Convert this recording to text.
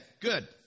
good